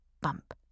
bump